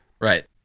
right